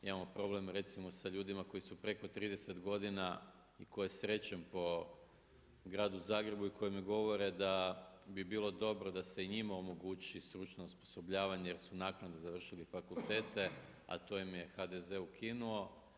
Imamo problem, recimo sa ljudima koji su preko 30 godina, koje srećem po Gradu Zagrebu i koji mi govore da bi bilo dobro da se i njima omogući stručno osposobljavanje jer su naknadno završili fakultete, a to im je HDZ ukinuo.